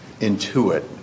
intuit